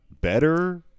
better